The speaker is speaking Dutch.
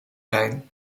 zijn